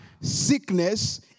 sickness